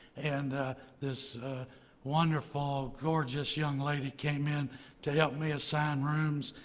and this wonderful, gorgeous young lady came in to help me assign rooms.